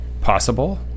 possible